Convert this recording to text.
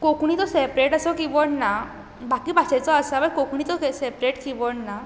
कोंकणीचो सॅपरेट असो किबोड ना बाकी भाशेचो आसा बट कोंकणीचो सॅपरेट किबोड ना